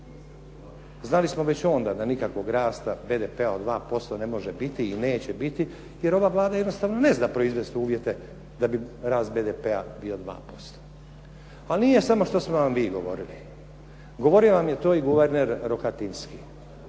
Znali smo već onda da nikakvog rasta BDP-a od 2% ne može biti i neće biti jer ova Vlada jednostavno ne zna proizvesti uvjete da bi rast BDP-a bio 2% ali nije samo što smo vam mi govorili. Govorio vam je i to guverner Rohatinski.